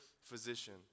physician